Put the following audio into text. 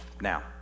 Now